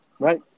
Right